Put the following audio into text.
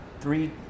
Three